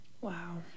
Wow